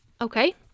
Okay